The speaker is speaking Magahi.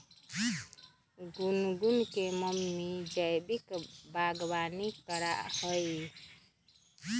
गुनगुन के मम्मी जैविक बागवानी करा हई